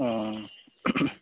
हाँ